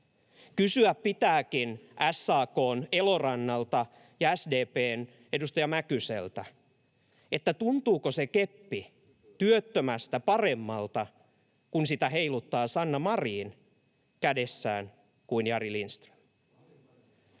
Kysyä pitääkin SAK:n Elorannalta ja SDP:n edustaja Mäkyseltä, että tuntuuko se keppi työttömästä paremmalta, kun sitä heiluttaa kädessään Sanna Marin eikä Jari Lindström.